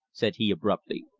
said he abruptly,